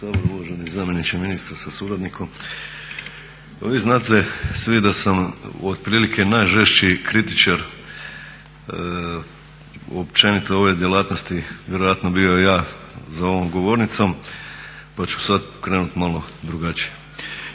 uvaženi zamjeniče ministra sa suradnikom pa vi znate svi da sam otprilike najžešći kritičar općenito ove djelatnosti vjerojatno bio ja za ovom govornicom, pa ću sad krenuti malo drugačije.